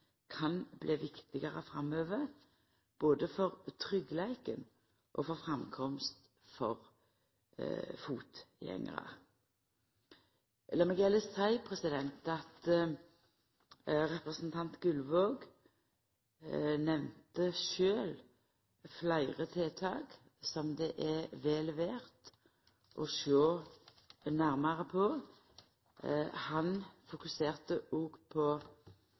kan bli viktigare framover både for tryggleiken og for framkomsten for fotgjengarar. Lat meg elles seia at representanten Gullvåg sjølv nemnde fleire tiltak som det er vel verdt å sjå nærmare på. Han fokuserte òg på